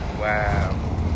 Wow